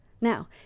now